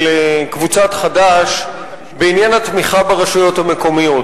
קבוצת חד"ש בעניין התמיכה ברשויות המקומיות.